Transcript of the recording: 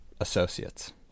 associates